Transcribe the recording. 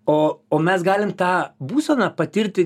o o mes galim tą būseną patirti